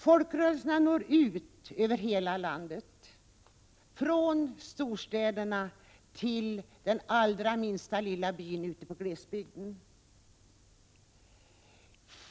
Folkrörelserna når ut över hela landet, från storstäderna till de allra minsta byarna i glesbygden.